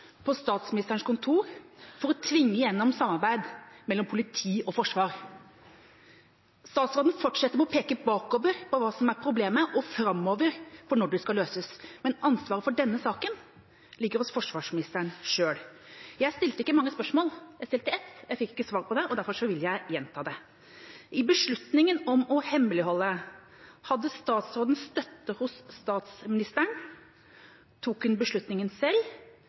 på Statsministerens kontor for å tvinge igjennom samarbeid mellom politi og forsvar. Statsråden fortsetter med å peke bakover på hva som er problemet, og framover for når det skal løses, men ansvaret for denne saken ligger hos forsvarsministeren selv. Jeg stilte ikke mange spørsmål, jeg stilte ett. Jeg fikk ikke svar på det. Derfor vil jeg gjenta det: Beslutningen om å hemmeligholde – hadde statsråden støtte hos statsministeren, tok hun beslutningen selv,